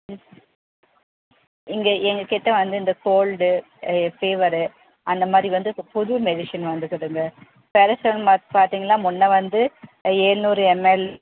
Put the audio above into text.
ம் இங்கே எங்கக்கிட்ட வந்து இந்த கோல்டு ஃபீவரு அந்தமாதிரி வந்து இப்போ புது மெடிசன் வந்துக்கிதுங்க பேராசிட்டமால் பார்த்தீங்கன்னா முன்னே வந்து ஏழ்நூறு எம்எல்